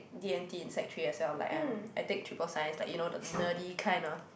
D and T in sec-three as well like um I take triple science like you know the nerdy kind of